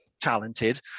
talented